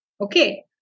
Okay